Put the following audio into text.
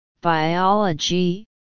Biology